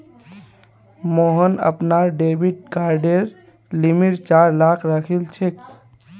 मोहन अपनार डेबिट कार्डेर लिमिट चार लाख राखिलछेक